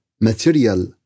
material